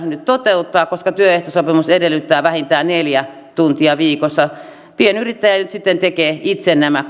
nyt toteuttaa koska työehtosopimus edellyttää vähintään neljä tuntia viikossa pienyrittäjä nyt sitten tekee itse nämä